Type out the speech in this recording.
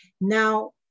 Now